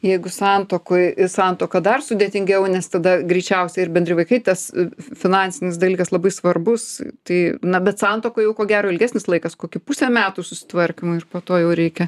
jeigu santuokoj ir santuoka dar sudėtingiau nes tada greičiausiai ir bendri vaikai tas finansinis dalykas labai svarbus tai na bet santuoka jau ko gero ilgesnis laikas kokį pusę metų susitvarkymui ir po to jau reikia